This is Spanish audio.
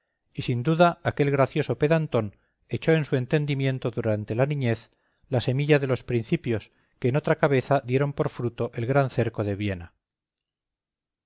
y sin duda aquel gracioso pedantón echó en su entendimiento durante la niñez la semilla de los principios que en otra cabeza dieron por fruto el gran cerco de viena